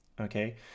okay